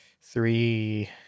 three